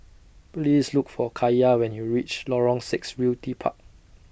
Please Look For Kaiya when YOU REACH Lorong six Realty Park